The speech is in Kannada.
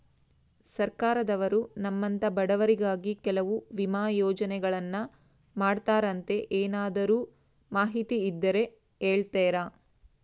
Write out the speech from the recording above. ಸರ್ಕಾರದವರು ನಮ್ಮಂಥ ಬಡವರಿಗಾಗಿ ಕೆಲವು ವಿಮಾ ಯೋಜನೆಗಳನ್ನ ಮಾಡ್ತಾರಂತೆ ಏನಾದರೂ ಮಾಹಿತಿ ಇದ್ದರೆ ಹೇಳ್ತೇರಾ?